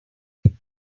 then